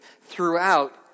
throughout